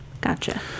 gotcha